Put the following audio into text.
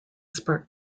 spark